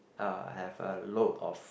uh have a load of